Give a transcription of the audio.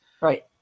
Right